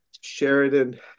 sheridan